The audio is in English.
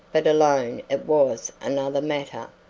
but alone it was another matter.